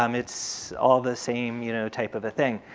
um it's all the same you know type of a thing.